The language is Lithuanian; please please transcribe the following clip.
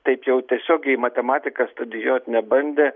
taip jau tiesiogiai matematiką studijuot nebandė